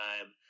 time